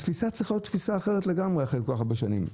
התפיסה צריכה להיות אחרת לגמרי אחרי כל כך הרבה שנים,